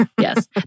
Yes